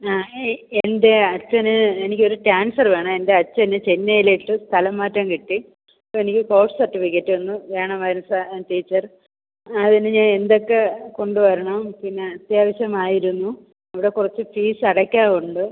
ആ എൻ്റെ അച്ഛന് എനിക്കൊരു ട്രാൻസ്ഫറ് വേണം എൻ്റെ അച്ഛന് ചെന്നൈയിലോട്ട് സ്ഥലം മാറ്റം കിട്ടി എനിക്ക് കോഴ്സ് സർട്ടിഫിക്കറ്റൊന്ന് വേണമായിരുന്നു സാർ ടീച്ചർ അതിന് ഞാൻ എന്തൊക്കെ കൊണ്ട് വരണം പിന്നെ അത്യാവശ്യമായിരുന്നു അവിടെ കുറച്ച് ഫീസടക്കാൻ ഉണ്ട്